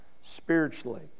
spiritually